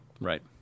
Right